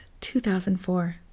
2004